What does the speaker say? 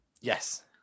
Yes